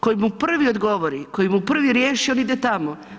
Koji mu prvi odgovori, koji mu prvi riješi, on ide tamo.